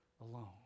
alone